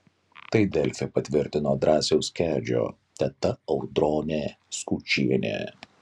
tai delfi patvirtino drąsiaus kedžio teta audronė skučienė